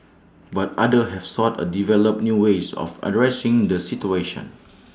but others have sought A develop new ways of addressing the situation